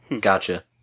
Gotcha